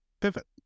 pivot